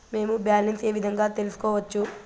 మేము బ్యాలెన్స్ ఏ విధంగా తెలుసుకోవచ్చు?